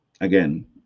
again